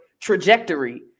trajectory